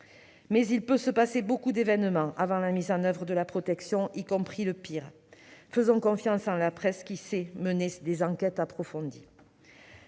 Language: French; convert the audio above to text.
Mais il peut se passer beaucoup d'événements avant la mise en oeuvre de la protection, y compris le pire. Faisons confiance à la presse, qui sait mener des enquêtes approfondies.